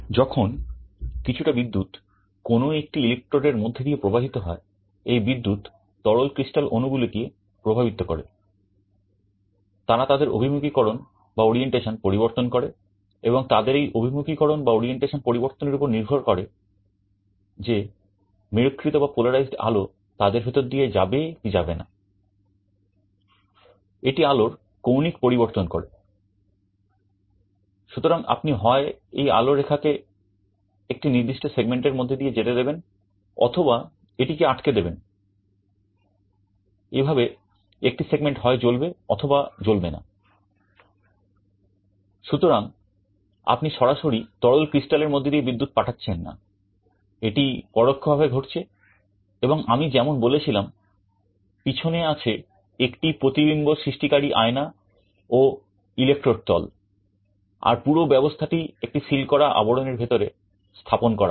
যখন কিছুটা বিদ্যুৎ কোন একটি ইলেকট্রোড আর পুরো ব্যবস্থাটি একটি সিল করা আবরণের ভিতরে স্থাপন করা হয়